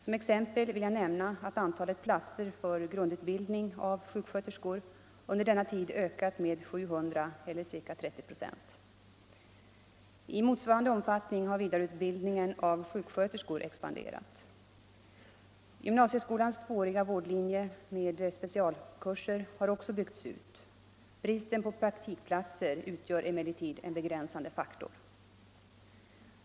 Som exempel vill jag nämna att antalet platser för grundutbildning av sjuksköterskor under denna tid ökat med 700 eller ca 30 96. I motsvarande omfattning har vidareutbildningen av sjuksköterskor expanderat. Gymnasieskolans tvååriga vårdlinje med specialkurser har också byggts ut. Bristen på praktikplatser utgör emellertid en begränsande faktor.